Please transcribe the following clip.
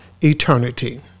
eternity